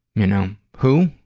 you know, who?